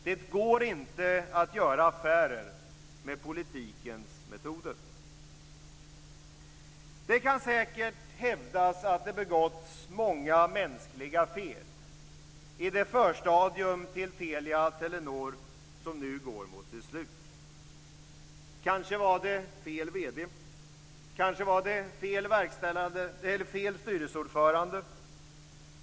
Det går inte att göra affärer med politikens metoder. Det kan säkert hävdas att det begåtts många mänskliga fel i det förstadium till Telia-Telenor som nu går mot sitt slut. Kanske var det fel vd. Kanske var det fel styrelseordförande.